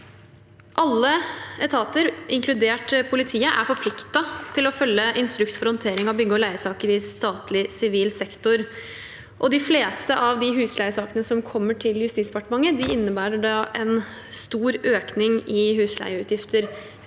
Alle etater, inkludert politiet, er forpliktet til å følge Instruks om håndtering av bygge- og leiesaker i statlig sivil sektor. De fleste av de husleiesakene som kommer til Justisdepartementet, innebærer en stor økning i husleieutgifter,